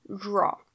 draw